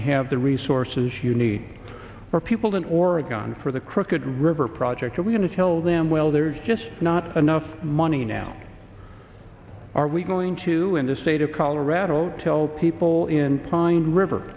to have the resources you need for people in oregon for the crooked river project or we're going to tell them well they're just not enough money now are we going to in the state of colorado tell people in pine river